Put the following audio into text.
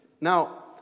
Now